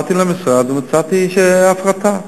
באתי למשרד ומצאתי הפרטה.